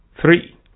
Three